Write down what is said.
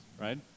right